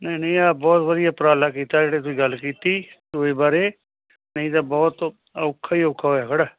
ਨਹੀਂ ਨਹੀਂ ਆ ਬਹੁਤ ਵਧੀਆ ਉਪਰਾਲਾ ਕੀਤਾ ਜਿਹੜੇ ਤੁਸੀਂ ਗੱਲ ਕੀਤੀ ਟੋਏ ਬਾਰੇ ਨਹੀਂ ਤਾਂ ਬਹੁਤ ਔ ਔਖਾ ਹੀ ਔਖਾ ਹੋਇਆ ਖੜ੍ਹਾ